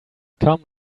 come